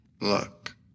Look